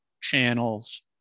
channels